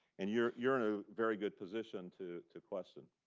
and you're you're in a very good position to to question.